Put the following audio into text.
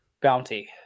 bounty